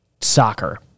soccer